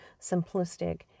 simplistic